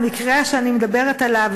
המקרה שאני מדברת עליו,